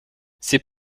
c’est